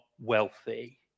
wealthy